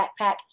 backpack